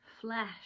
flesh